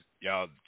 y'all